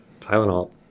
tylenol